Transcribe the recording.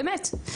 באמת.